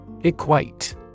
Equate